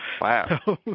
Wow